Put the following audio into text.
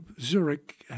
Zurich